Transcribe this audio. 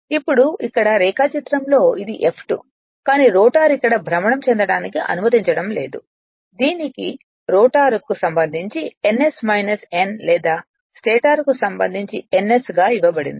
ఇప్పుడు ఇక్కడ రేఖాచిత్రంలో ఇది F2 కానీ రోటర్ ఇక్కడ భ్రమణం చెందడానికి అనుమతించడం లేదు దీనికి రోటర్కు సంబంధించి ns n లేదా స్టేటర్కు సంబంధించి ns గా ఇవ్వబడింది